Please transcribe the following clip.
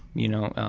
you know,